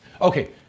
Okay